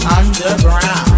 underground